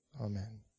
Amen